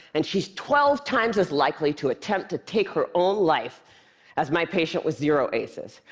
and she's twelve times as likely to attempt to take her own life as my patient with zero aces.